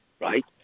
Right